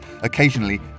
Occasionally